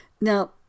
now